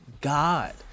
God